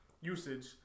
usage